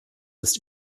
ist